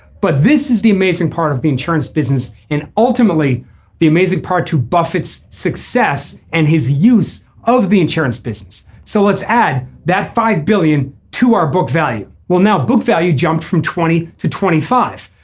but this is the amazing part of the insurance business and ultimately the amazing part to buffett's success and his use of the insurance business. so let's add that five billion to our book value will now book value jumped from twenty to twenty five.